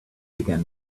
began